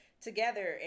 together